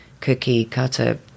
cookie-cutter